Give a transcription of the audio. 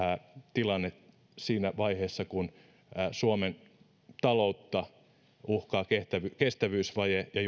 tilanne siinä vaiheessa kun suomen taloutta uhkaa kestävyysvaje ja